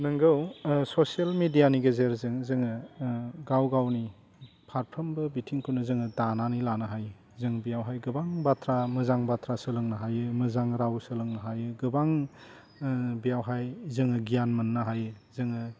नोंगौ ससियेल मेडियानि गेजेरजों जोङो गाव गावनि फारफ्रोमबो बिथिंखौनो जोङो दानानै लानो हायो जों बेयावहाय गोबां बाथ्रा मोजां बाथ्रा सोलोंनो हायो मोजां राव सोलोंनो हायो गोबां बेवहाय जोङो गियान मोन्नो हायो जोङो